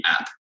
app